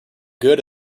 good